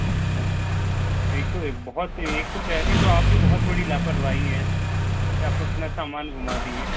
अच्छा एक तो एक बहुत एक तो पहले आप ही बहुत बड़ी लापरवाही है कि आप अपना सामान घुमा दिए